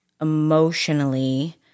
Emotionally